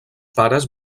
pares